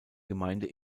gemeinde